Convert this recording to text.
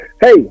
Hey